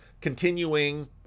continuing